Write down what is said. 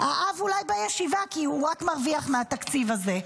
האב אולי בישיבה, כי הוא רק מרוויח מהתקציב הזה.